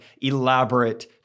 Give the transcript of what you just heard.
elaborate